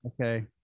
Okay